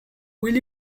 will